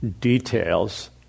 details